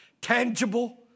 tangible